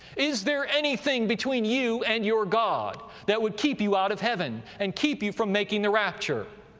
is there anything between you and your god that would keep you out of heaven and keep you from making the rapture?